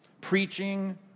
preaching